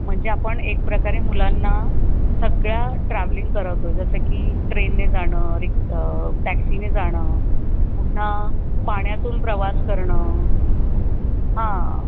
म्हणजे आपण एक प्रकारे मुलांना सगळ्या ट्रावलिंग करवतो आहे जसं की ट्रेनने जाणं रिक् टॅक्सीने जाणं पुन्हा पाण्यातून प्रवास करणं हां